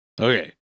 Okay